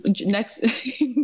next